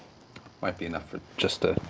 might be enough for just to